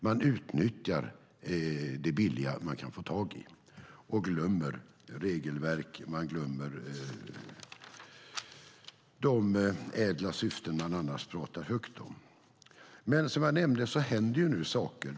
Man utnyttjar det billiga man kan få tag i, glömmer regelverk och glömmer de ädla syften man annars pratar högt om. Som jag nämnde händer nu saker.